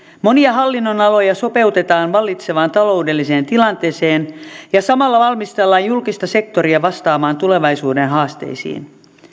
monia hallinnonaloja sopeutetaan vallitsevaan taloudelliseen tilanteeseen ja samalla valmistellaan julkista sektoria vastaamaan tulevaisuuden haasteisiin